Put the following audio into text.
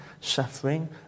suffering